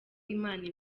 imana